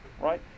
right